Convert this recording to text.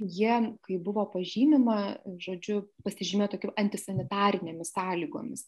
jie kaip buvo pažymima žodžiu pasižymėjo tokiu antisanitarinėmis sąlygomis